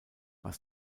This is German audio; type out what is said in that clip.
was